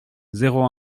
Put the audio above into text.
zéro